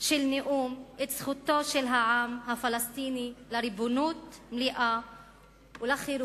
של נאום את זכותו של העם הפלסטיני לריבונות מלאה ולחירות,